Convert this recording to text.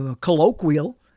colloquial